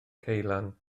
ceulan